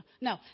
No